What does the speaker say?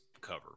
cover